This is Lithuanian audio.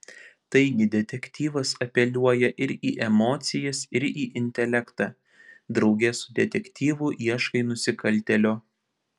taigi detektyvas apeliuoja ir į emocijas ir į intelektą drauge su detektyvu ieškai nusikaltėlio